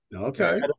Okay